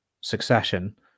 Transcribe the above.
succession